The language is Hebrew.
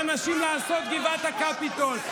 לעשות "גבעת הקפיטול".